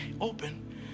open